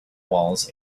walls